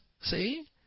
See